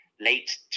late